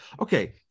Okay